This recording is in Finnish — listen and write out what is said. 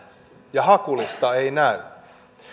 ja hakulista ei näy